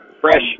Fresh